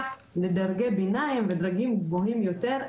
לדרגי ביניים ודרגים גבוהים יותר.